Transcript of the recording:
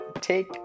take